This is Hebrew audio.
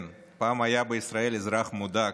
כן, פעם היה בישראל אזרח מודאג.